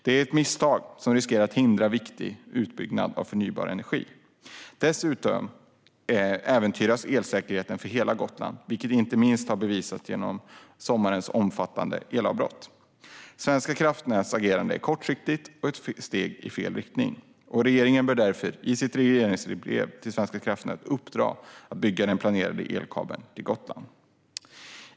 Det är ett misstag som riskerar att hindra viktig utbyggnad av förnybar energi. Dessutom äventyras elsäkerheten för hela Gotland, vilket inte minst har bevisats genom sommarens omfattande elavbrott. Svenska kraftnäts agerande är kortsiktigt och ett steg i fel riktning. Regeringen bör därför i sitt regleringsbrev uppdra åt Svenska kraftnät att bygga den planerade elkabeln till Gotland.